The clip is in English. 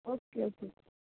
okay okay